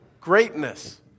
Greatness